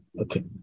Okay